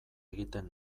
egiten